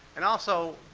and also,